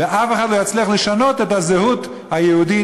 ואף אחד לא יצליח לשנות את הזהות היהודית,